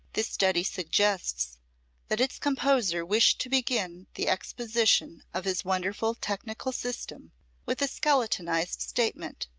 this study suggests that its composer wished to begin the exposition of his wonderful technical system with a skeletonized statement.